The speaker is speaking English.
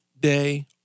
day